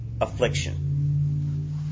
affliction